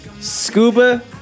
Scuba